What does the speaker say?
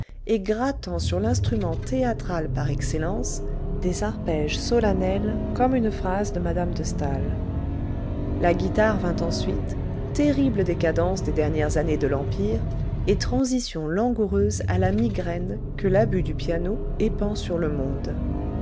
et grattant sur l'instrument théâtral par excellence des arpèges solennels comme une phrase de mme de staël la guitare vint ensuite terrible décadence des dernières années de l'empire et transition langoureuse à la migraine que l'abus du piano épand sur le monde